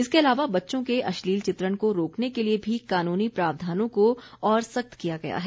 इसके अलावा बच्चों के अश्लील चित्रण को रोकने के लिए भी कानूनी प्रावधानों को और सख्त किया गया है